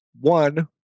one